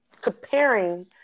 comparing